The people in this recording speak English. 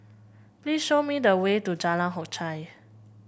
please show me the way to Jalan Hock Chye